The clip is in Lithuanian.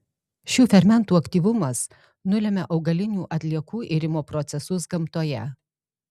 šių fermentų aktyvumas nulemia augalinių atliekų irimo procesus gamtoje